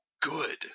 good